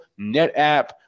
NetApp